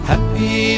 Happy